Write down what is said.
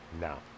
now